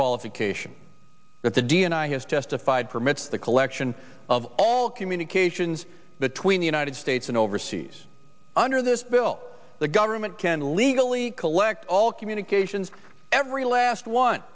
qualification that the d n i has testified permits the collection of all communications between the united states and overseas under this bill the government can legally collect all communications every last one